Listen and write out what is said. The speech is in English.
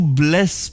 bless